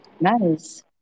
Nice